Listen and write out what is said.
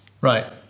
Right